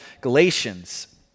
Galatians